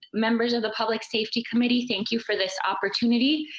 members of the public safety committee thank you for this opportunity.